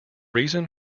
reason